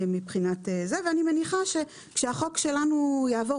אני מניחה שכאשר החוק שלנו יעבור,